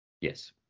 Yes